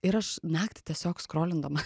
ir aš naktį tiesiog skrolindama